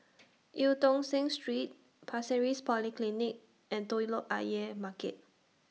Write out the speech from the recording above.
EU Tong Sen Street Pasir Ris Polyclinic and Telok Ayer Market